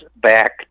back